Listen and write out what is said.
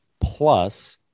plus